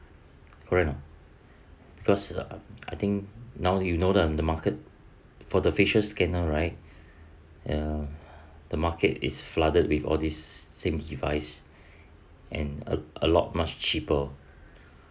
correct or not because uh I think now you know the the market for the facial scanner right uh the market is flooded with all this sync device and a a lot much cheaper